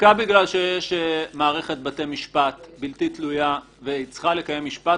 בגלל שיש מערכת בתי משפט בלתי תלויה והיא צריכה לקיים משפט,